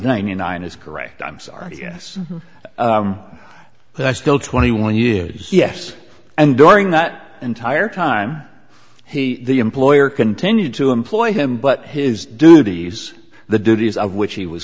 ninety nine is correct i'm sorry yes that's still twenty one years yes and during that entire time he the employer continued to employ him but his duties the duties of which he was